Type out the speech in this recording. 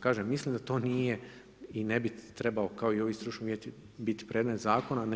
Kažem, mislim da to nije i ne bi trebalo kao i ovi stručni uvjeti biti predmet zakona